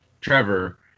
Trevor